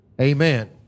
Amen